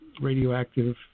radioactive